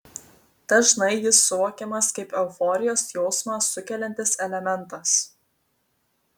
dažnai jis suvokiamas kaip euforijos jausmą sukeliantis elementas